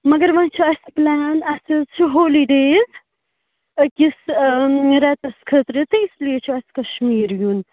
مگر وٕ چھِ اَسہِ پٕلین اَسہِ حظ چھِ ہولیڈیز أکِس رٮ۪تَس خٲطرٕ تہٕ اس لیے چھُ اَسہِ کَشمیٖر یُن